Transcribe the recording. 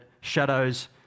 shadows